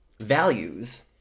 values